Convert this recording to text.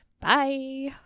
Bye